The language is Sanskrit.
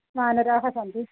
वानराः सन्ति